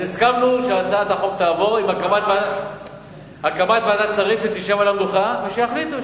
אז הסכמנו שהצעת החוק תעבור עם הקמת ועדת שרים שתשב על המדוכה ויחליטו,